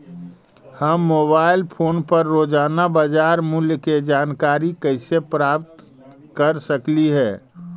हम mobile phone पर रोजाना बाजार मूल्य के जानकारी कैसे प्राप्त कर सकली हे?